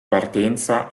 partenza